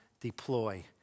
deploy